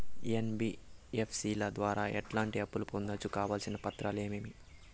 NBFC ల ద్వారా ఎట్లాంటి అప్పులు పొందొచ్చు? కావాల్సిన పత్రాలు ఏమేమి?